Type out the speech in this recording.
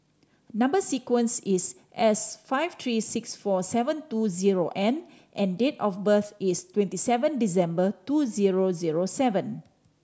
number sequence is S five three six four seven two zero N and date of birth is twenty seven December two zero zero seven